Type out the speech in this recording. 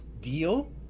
deal